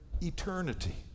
Eternity